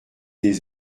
des